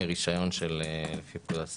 מרישיון לפי פקודת הסמים.